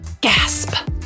Gasp